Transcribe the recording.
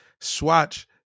Swatch